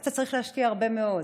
אתה צריך להשקיע הרבה מאוד.